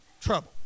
Trouble